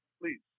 please